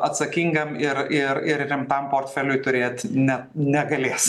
atsakingam ir ir ir rimtam portfeliui turėt ne negalės